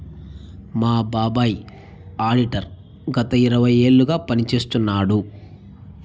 మా బాబాయ్ ఆడిటర్ గత ఇరవై ఏళ్లుగా పని చేస్తున్నాడు